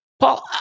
Paul